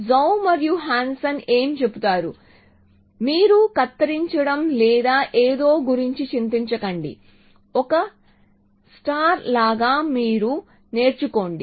Zhou మరియు Hansen ఏమి చెబుతారు మీరు కత్తిరించడం లేదా ఏదో గురించి చింతించకండి ఒక స్టార్ లాగా మీరు నేర్చుకోండి